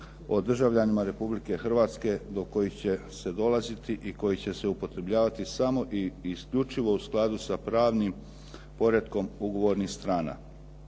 o državljanima Republike Hrvatske do kojih će se dolazi i koji će se upotrebljavati samo i isključivo u skladu sa pravnim poretkom ugovornih strana.